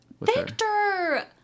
Victor